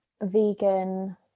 vegan